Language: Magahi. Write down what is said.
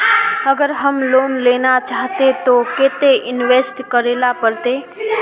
अगर हम लोन लेना चाहते तो केते इंवेस्ट करेला पड़ते?